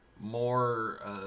more